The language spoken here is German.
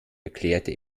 erklärte